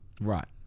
Right